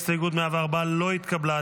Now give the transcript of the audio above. הסתייגות 104 לא נתקבלה.